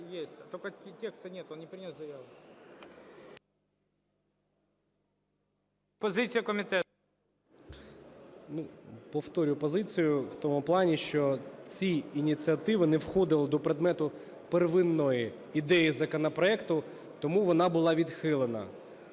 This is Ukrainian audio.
Д.А. Повторюю позицію. В тому плані, що ці ініціативи не входили до предмету первинної ідеї законопроекту, тому вона була відхилена.